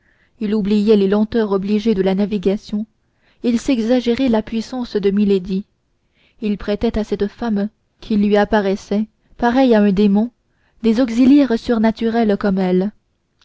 il oubliait les lenteurs obligées de la navigation il s'exagérait la puissance de milady il prêtait à cette femme qui lui apparaissait pareille à un démon des auxiliaires surnaturels comme elle